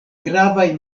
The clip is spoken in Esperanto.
gravaj